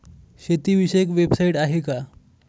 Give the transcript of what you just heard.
शेतीविषयक वेबसाइट आहे का?